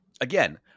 again